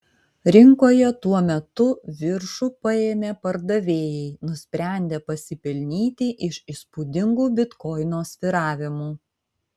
rinkoje tuo metu viršų paėmė pardavėjai nusprendę pasipelnyti iš įspūdingų bitkoino svyravimų